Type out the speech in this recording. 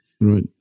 right